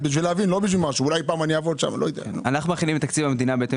אנחנו מכינים את תקציב המדינה בהתאם